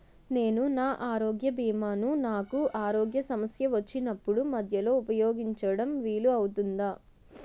నేను నా ఆరోగ్య భీమా ను నాకు ఆరోగ్య సమస్య వచ్చినప్పుడు మధ్యలో ఉపయోగించడం వీలు అవుతుందా?